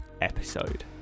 episode